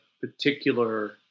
particular